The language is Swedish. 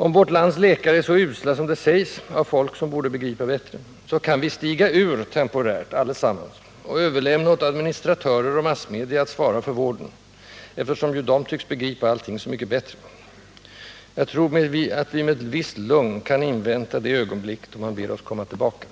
Om vårt lands läkare är så usla som det sägs av folk som borde begripa bättre, kan vi stiga ur, temporärt, allesammans och överlämna åt administratörer och massmedia att svara för vården, eftersom ju de tycks begripa allting så mycket bättre. Jag tror att vi med ett visst lugn kan invänta det ögonblick då man ber oss komma tillbaka.